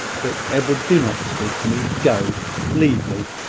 but, edward, do not speak to me. go leave me!